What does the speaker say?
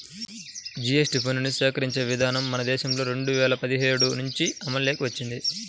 GST పన్నుని సేకరించే విధానం మన దేశంలో రెండు వేల పదిహేడు నుంచి అమల్లోకి వచ్చింది